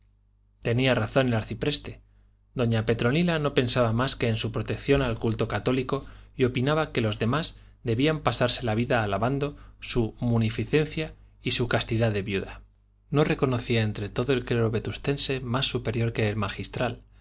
tenía razón el arcipreste doña petronila no pensaba más que en su protección al culto católico y opinaba que los demás debían pasarse la vida alabando su munificencia y su castidad de viuda no reconocía entre todo el clero vetustense más superior que el magistral